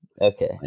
okay